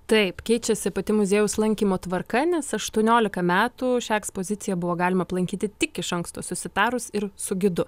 taip keičiasi pati muziejaus lankymo tvarka nes aštuoniolika metų šią ekspoziciją buvo galima aplankyti tik iš anksto susitarus ir su gidu